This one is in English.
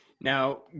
now